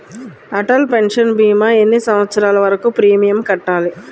Atal pension భీమా ఎన్ని సంవత్సరాలు వరకు ప్రీమియం కట్టాలి?